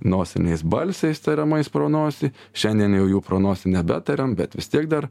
nosiniais balsiais tariamais pro nosį šiandien jau jų pro nosį nebetariam bet vis tiek dar